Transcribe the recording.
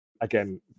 Again